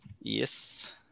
Yes